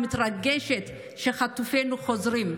היא מתרגשת שחטופינו חוזרים,